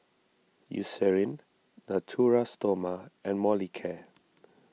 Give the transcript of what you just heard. Eucerin Natura Stoma and Molicare